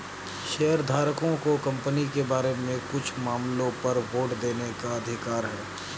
शेयरधारकों को कंपनी के बारे में कुछ मामलों पर वोट देने का अधिकार है